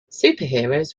superheroes